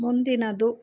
ಮುಂದಿನದು